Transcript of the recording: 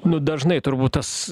nu dažnai turbūt tas